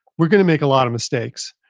we're going to make a lot of mistakes.